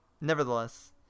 nevertheless